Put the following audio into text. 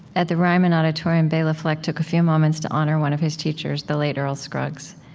at the ryman auditorium, bela fleck took a few moments to honor one of his teachers, the late earl scruggs.